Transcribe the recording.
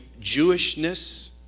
Jewishness